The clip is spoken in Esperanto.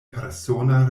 persona